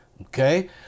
okay